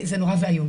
זה נורא ואיום.